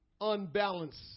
unbalanced